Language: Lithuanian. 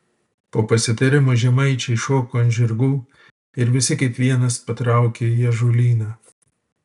po pasitarimo žemaičiai šoko ant žirgų ir visi kaip vienas patraukė į ąžuolyną